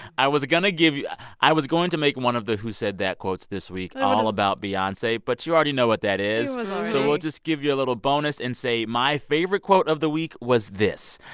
i was going to give you ah i was going to make one of the who said that quotes this week all about beyonce. but you already know what that is it was already. so we'll just give you a little bonus and say my favorite quote of the week was this.